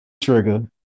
trigger